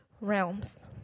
realms